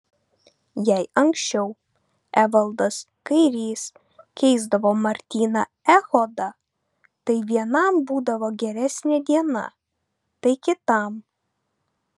jei anksčiau evaldas kairys keisdavo martyną echodą tai vienam būdavo geresnė diena tai kitam